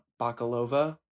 Bakalova